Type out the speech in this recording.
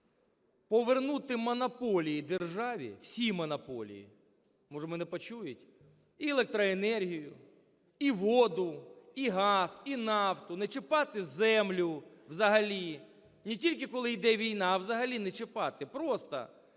Повернути монополії державі, всі монополії (може мене почують) і електроенергію, і воду, і газ, і нафту, не чіпати землю взагалі, не тільки, коли йде війна, а взагалі не чіпати. Просто